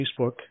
Facebook